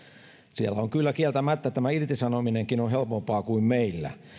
siellä on kyllä kieltämättä tämä irtisanominenkin helpompaa kuin meillä